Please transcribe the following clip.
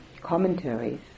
commentaries